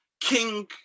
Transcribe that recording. king